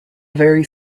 very